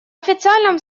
официальном